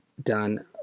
done